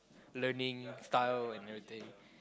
learning style and everything